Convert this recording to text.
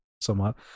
somewhat